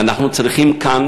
אנחנו צריכים כאן,